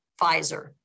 Pfizer